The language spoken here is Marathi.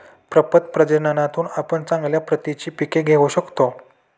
प्रपद प्रजननातून आपण चांगल्या प्रतीची पिके घेऊ शकतो